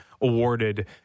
awarded